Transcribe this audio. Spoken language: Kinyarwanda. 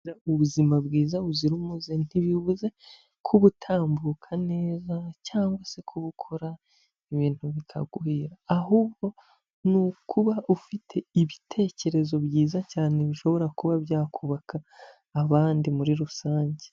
Ubuzima bwiza buzira umuze ntibivuze kubabutambuka neza, cyangwa se kubukora ibintu bikaguhira ahubwo ni ukuba ufite ibitekerezo byiza cyane bishobora kuba byakubaka abandi muri rusange.